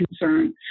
concern